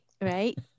right